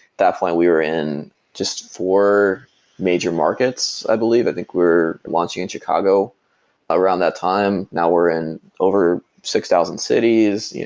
that point we were in just four major markets, i believe. i think we we're launching in chicago around that time. now we're in over six thousand cities,